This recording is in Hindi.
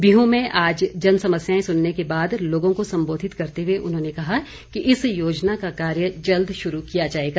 बिहूं में आज जन समस्याएं सुनने के बाद लोगों को संबोधित करते हुए उन्होंने कहा कि इस योजना का कार्य जल्द शुरू किया जाएगा